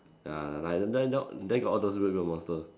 ya lion dance no then got all those weird weird monster